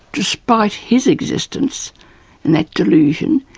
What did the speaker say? despite his existence and that delusion,